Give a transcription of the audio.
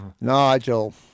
Nigel